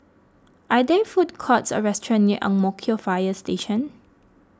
are there food courts or restaurants near Ang Mo Kio Fire Station